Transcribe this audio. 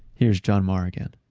here's john marr again